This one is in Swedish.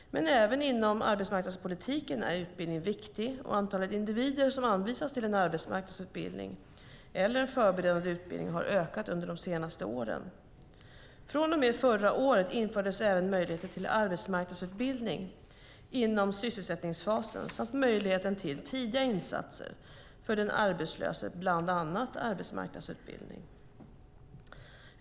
Men även inom arbetsmarknadspolitiken är utbildning viktig, och antalet individer som anvisas till en arbetsmarknadsutbildning eller förberedande utbildning har ökat under de senaste åren. Från och med förra året infördes även möjligheter till arbetsmarknadsutbildning inom sysselsättningsfasen samt möjligheten till tidiga insatser för den arbetslöse, bland annat arbetsmarknadsutbildning.